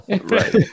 right